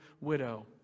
widow